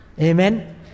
Amen